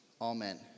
Amen